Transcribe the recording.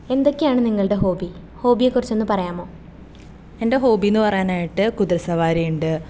എന്തക്കെയാണ് നിങ്ങളുടെ ഹോബി ഹോബിയെ കുറിച്ചൊന്നു പറയാമോ എന്റെ ഹോബിന്ന് പറയാനായിട്ട് കുതിരസവാരി ഉണ്ട്